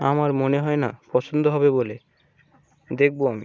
আমার মনে হয় না পছন্দ হবে বলে দেখবো আমি